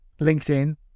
linkedin